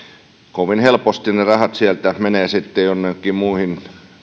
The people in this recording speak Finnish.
kovin helposti ne rahat sieltä menevät joihinkin muihin